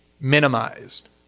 minimized